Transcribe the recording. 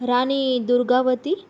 Rani Durgavati